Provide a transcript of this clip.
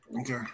Okay